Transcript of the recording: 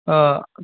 آ